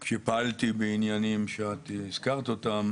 כשפעלתי בעניינים שהזכרת אותם